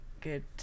good